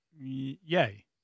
Yay